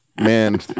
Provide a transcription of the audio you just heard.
Man